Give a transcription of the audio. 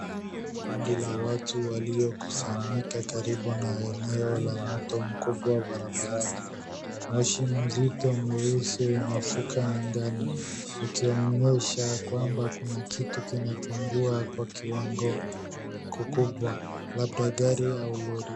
Kundi la watu waliokusanyika karibu na eneo la moto mkubwa barabarani ,moshi mzito mweusi unafuka angani ,ukionyesha kwamba kuna kitu kinachoungua kwa kiwango kikubwa labda gari ama lori.